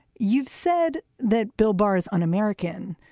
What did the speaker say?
you've said that bill barr's un-american.